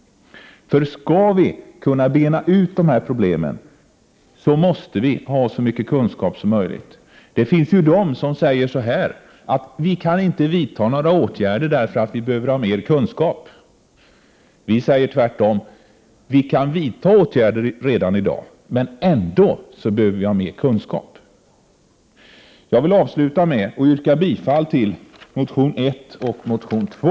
Skall vi kunna bena ut problemen, så måste vi ha så mycket kunskap som möjligt. Det finns ju de som säger: ”Vi kan inte vidta några åtgärder, för vi behöver ha mer kunskap.” Vi säger tvärtom: Vi kan vidta åtgärder redan i dag, men ändå behöver vi ha mer kunskap. Jag vill avsluta med att yrka bifall till reservation 1 och reservation 2.